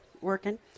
working